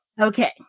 Okay